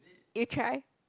you try